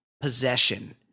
possession